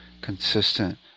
consistent